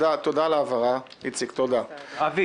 אבי,